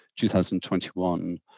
2021